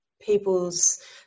people's